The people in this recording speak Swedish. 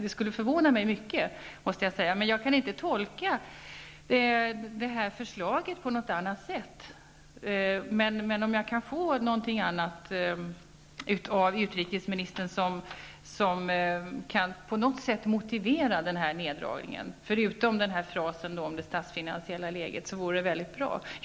Det skulle förvåna mig mycket om det är så, men jag kan inte tolka förslaget annorlunda. Om utrikesministern på något annat sätt än att använda frasen om det statsfinansiella läget kan motivera neddragningen, vore det bra.